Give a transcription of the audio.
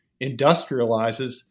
industrializes